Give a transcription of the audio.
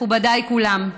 מכובדיי כולם,